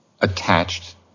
attached